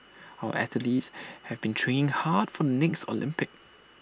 our athletes have been training hard from next Olympics